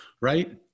right